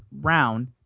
round